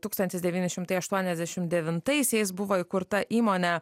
tūkstantis devyni šimtai aštuoniasdešim devintaisiais buvo įkurta įmonė